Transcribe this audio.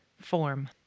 form